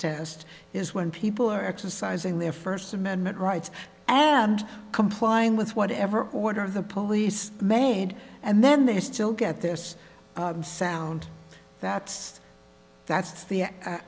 test is when people are exercising their first amendment rights and complying with whatever order of the police made and then they still get this sound that's that's the